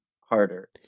harder